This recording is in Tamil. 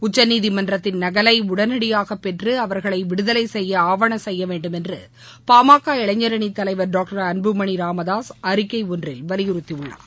உச்சநீதிமன்றத்தின் நகலை உடனடியாக பெற்று அவர்களை விடுதலை செய்ய ஆவன செய்ய வேண்டுமென்று பாமக இளைஞரணி தலைவர் டாக்டர் அன்புமணி ராமதாஸ் அறிக்கை ஒன்றில் வலியுறுத்தியுள்ளார்